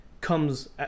comes